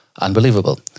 Unbelievable